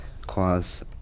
cause